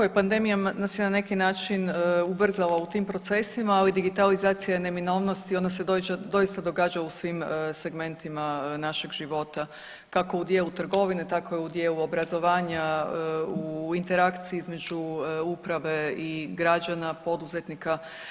Tako je, pandemija nas je na neki način ubrzala u tim procesima, ali digitalizacija je neminovnost i ona se doista događa u svim segmentima našeg života, kako u dijelu trgovine tako i u dijelu obrazovanja, u interakciji između uprave i građana, poduzetnika.